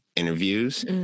interviews